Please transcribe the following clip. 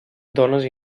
dones